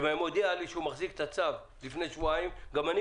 אם הוא היה מודיע לי שהוא מחזיק את הצו לפני שבועיים גם אני